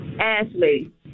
Ashley